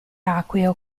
acqueo